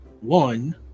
one